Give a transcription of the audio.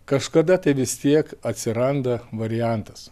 kažkada tai vis tiek atsiranda variantas